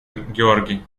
георгий